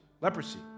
Leprosy